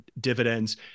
dividends